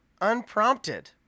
Unprompted